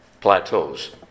plateaus